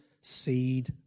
seed